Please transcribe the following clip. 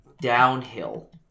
downhill